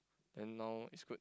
then now it's good